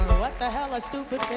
what the hell are stupid